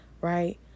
right